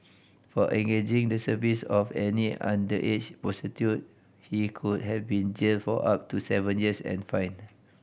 for engaging the service of an underage he could have been jailed for up to seven years and fined